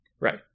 Right